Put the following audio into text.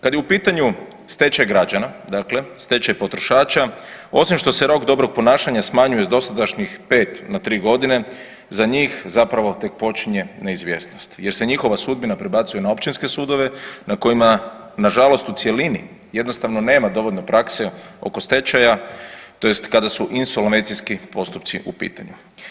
Kad je u pitanju stečaj građana dakle, stečaj potrošača, osim što se rok dobrog ponašanja smanjuje s dosadašnjih 5 na 3 godine, za njih zapravo tek počinje neizvjesnost jer se njihova sudbina prebacuje na općinske sudove na kojima nažalost u cjelini jednostavno nema dovoljno prakse oko stečaja, tj. kad su insolvencijski postupci u pitanju.